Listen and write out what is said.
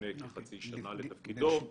לפני חצי שנה לתפקידו,